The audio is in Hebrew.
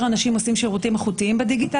אנשים עושים שירותים איכותיים בדיגיטל.